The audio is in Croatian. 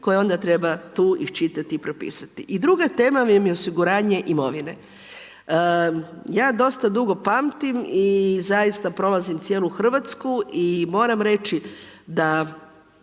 koje onda treba tu iščitati i propisati. I druga tema .../Govornik se ne razumije./... je osiguranje imovine. Ja dosta dugo pamtim i zaista prolazim cijelu Hrvatsku i moram reći da